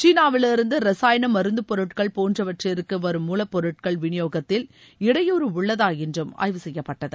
சீனாவிலிருந்துரசாயணம் ப்பு மருந்தப்பொருட்கள் போன்றவற்றிற்குவரும் மூலப்பொருட்கள் விளியோகத்தில் இடையூறு உள்ளதாஎன்றும் ஆய்வு செய்யப்பட்டது